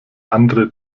andere